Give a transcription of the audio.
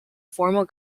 formal